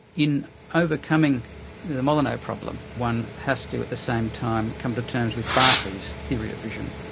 in overcoming the molyneux problem, one has to at the same time, come to term with berkeley's theory of vision.